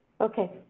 okay